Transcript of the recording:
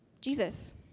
Jesus